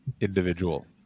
individual